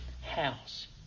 house